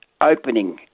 opening